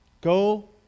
go